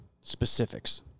Specifics